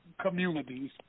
communities